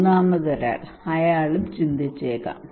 മൂന്നാമതൊരാൾ അയാൾ ചിന്തിച്ചേക്കാം